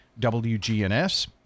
WGNS